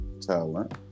talent